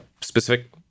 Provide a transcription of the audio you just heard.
specific